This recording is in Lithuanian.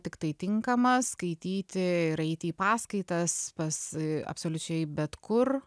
tiktai tinkamas skaityti ir eiti į paskaitas pas absoliučiai bet kur